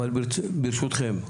אבל ברשותכם,